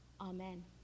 Amen